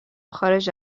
خارج